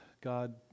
God